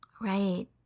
Right